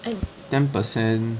ten percent